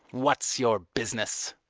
what's your business?